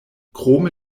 krome